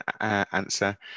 answer